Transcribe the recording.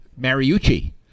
Mariucci